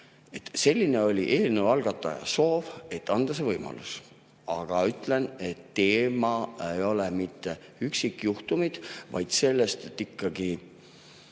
Selline oli eelnõu algataja soov, et anda see võimalus. Aga ma ütlen, et eelnõu teema ei ole mitte üksikjuhtumid, vaid ikkagi